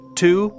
two